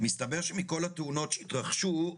מסתבר שמכל התאונות שהתרחשו,